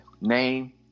name